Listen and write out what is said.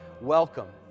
welcome